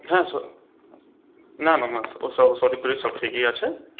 হ্যাঁ সব না না না ওইসব শরীর টরীর সব ঠিকই আছে